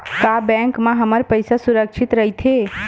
का बैंक म हमर पईसा ह सुरक्षित राइथे?